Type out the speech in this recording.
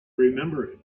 remember